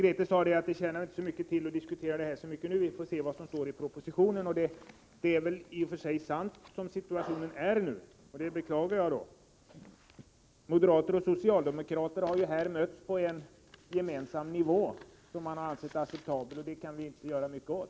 Grethe Lundblad sade att det tjänar inte mycket till att diskutera det här så mycket nu, utan vi får se vad som står i propositionen. Det är väl i och för sig sant, som situationen är nu, och det beklagar jag. Moderater och socialdemokrater har här mötts på en nivå som de anser acceptabel, och det kan vi inte göra mycket åt.